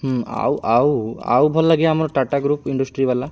ହୁଁ ଆଉ ଆଉ ଆଉ ଭଲ ଲାଗେ ଆମର ଟାଟା ଗୃପ୍ ଇଣ୍ଡଷ୍ଟ୍ରି ବାଲା